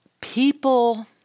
people